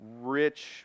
rich